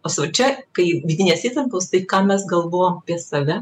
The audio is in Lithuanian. paslapčia kai vidinės įtampos tai ką mes galvojam apie save